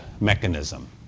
mechanism